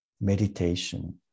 meditation